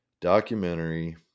Documentary